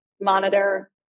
monitor